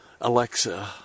Alexa